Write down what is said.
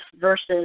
versus